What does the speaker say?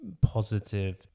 positive